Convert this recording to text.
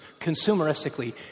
consumeristically